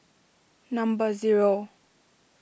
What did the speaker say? number zero